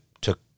took